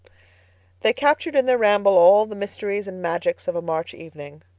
they captured in their ramble all the mysteries and magics of a march evening.